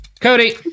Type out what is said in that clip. cody